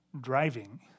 driving